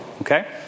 okay